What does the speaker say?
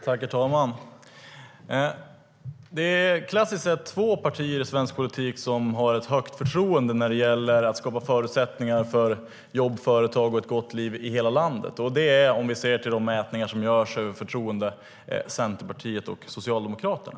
Herr talman! Det är klassiskt sett två partier i svensk politik som åtnjuter ett stort förtroende när det gäller att skapa förutsättningar för jobb, företag och ett gott liv i hela landet. Det är, om vi ser till de mätningar som görs av förtroende, Centerpartiet och Socialdemokraterna.